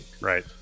Right